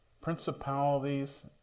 principalities